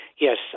Yes